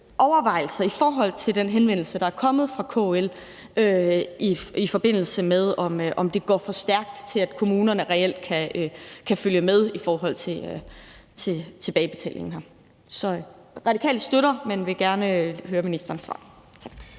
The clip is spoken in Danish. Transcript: overvejelser om den henvendelse, der er kommet fra KL, i forbindelse med om det går for stærkt til, at kommunerne reelt kan følge med i forhold til tilbagebetalingen. Så Radikale støtter, men vil gerne høre ministerens svar.